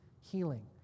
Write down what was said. healing